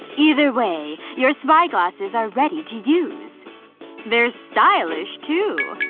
either way, your spy glasses are ready to use they're stylish, too!